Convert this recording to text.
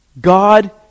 God